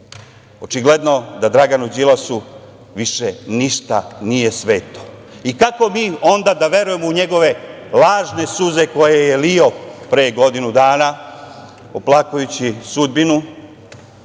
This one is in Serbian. Očigledno da Draganu Đilasu više ništa nije sveto. Kako mi onda da verujemo u njegove lažne suze koje je lio pre godinu dana, oplakujući sudbinu,